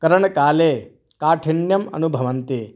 करणकाले काठिन्यम् अनुभवन्ति